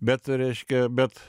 bet reiškia bet